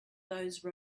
those